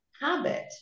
habit